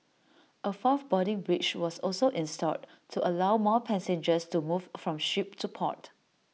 A fourth boarding bridge was also installed to allow more passengers to move from ship to port